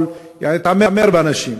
או התעמר באנשים,